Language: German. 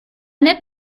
nett